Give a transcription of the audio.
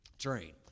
train